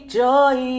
joy